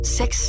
sex